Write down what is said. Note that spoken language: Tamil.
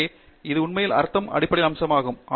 எனவே அது உண்மையில் ஒரு அர்த்தத்தில் அடிப்படை அம்சமாகும்